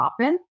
often